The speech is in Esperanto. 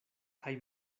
kaj